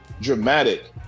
dramatic